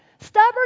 Stubborn